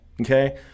Okay